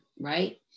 right